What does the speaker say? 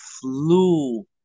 flew